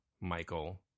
michael